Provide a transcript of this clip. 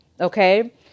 Okay